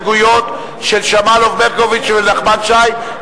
את ההסתייגויות של שמאלוב-ברקוביץ ונחמן שי.